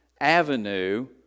avenue